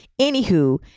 anywho